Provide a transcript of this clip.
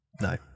No